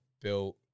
built